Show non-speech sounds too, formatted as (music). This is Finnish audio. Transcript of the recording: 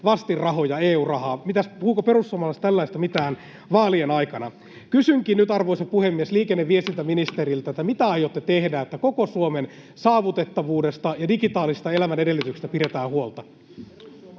vastinrahoja, EU-rahaa. Puhuivatko perussuomalaiset tällaisesta mitään (noise) vaalien aikana? Kysynkin nyt, arvoisa puhemies, liikenne- ja viestintäministeriltä: (noise) mitä aiotte tehdä, että koko Suomen saavutettavuudesta ja digitaalisista elämän edellytyksistä [Puhemies